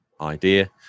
idea